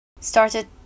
started